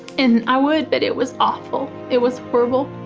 and i would, but it was awful. it was horrible.